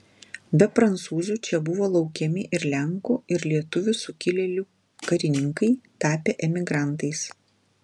be prancūzų čia buvo laukiami ir lenkų ir lietuvių sukilėlių karininkai tapę emigrantais